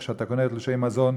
כשאתה קונה תלושי מזון,